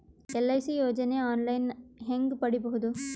LIC ಯೋಜನೆ online ಹೇಂಗ ಪಡಿಬಹುದು?